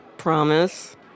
Promise